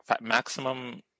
maximum